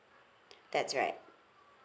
that's right